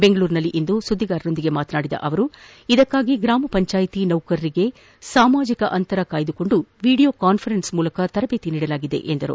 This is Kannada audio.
ಬೆಂಗಳೂರಿನಲ್ಲಿಂದು ಸುದ್ದಿಗಾರರೊಂದಿಗೆ ಮಾತನಾಡಿದ ಅವರು ಇದಕ್ಕಾಗಿ ಗ್ರಾಮ ಪಂಚಾಯಿತಿ ನೌಕರರಿಗೆ ಸಾಮಾಜಿಕ ಅಂತರ ಕಾಯ್ದುಕೊಂಡು ವಿಡಿಯೋ ಕಾನ್ಫರೆನ್ಸ್ ಮೂಲಕ ತರಬೇತಿ ನೀಡಲಾಗಿದೆ ಎಂದರು